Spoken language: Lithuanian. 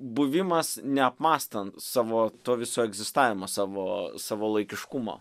buvimas neapmąstan savo to viso egzistavimo savo savo laikiškumo